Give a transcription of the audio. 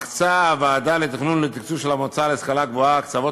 מקצה הוועדה לתכנון ולתקצוב של המועצה להשכלה גבוהה הקצבות